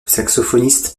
saxophoniste